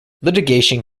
litigation